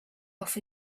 off